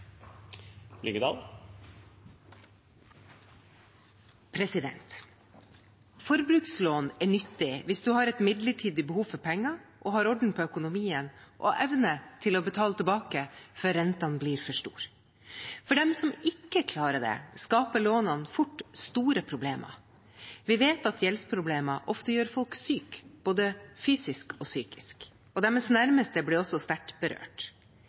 økonomi. Forbrukslån er nyttig hvis man har et midlertidig behov for penger, orden på økonomien og evne til å betale tilbake før rentene blir for store. For dem som ikke klarer det, skaper lånene fort store problemer. Vi vet at gjeldsproblemer ofte gjør folk syke, både fysisk og psykisk. Deres nærmeste blir også sterkt berørt.